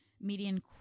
median